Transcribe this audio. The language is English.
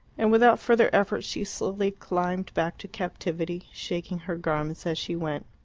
and without further effort she slowly climbed back to captivity, shaking her garments as she went.